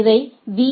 இவை பி